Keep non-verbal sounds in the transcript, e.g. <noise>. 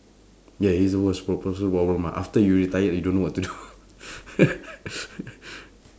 ya he's the most problem first world problem ah after you retired you don't know what to do <laughs>